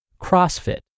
CrossFit